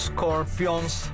Scorpions